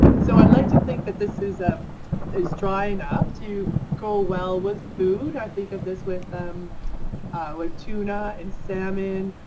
so i'd like to think that this is ah is dry enough to go well with food. i think of this with um with tuna and salmon.